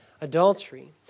adultery